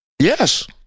Yes